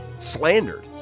slandered